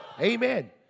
Amen